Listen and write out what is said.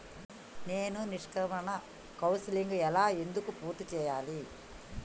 నేను నిష్క్రమణ కౌన్సెలింగ్ ఎలా ఎందుకు పూర్తి చేయాలి?